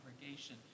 congregation